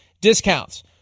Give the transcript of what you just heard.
discounts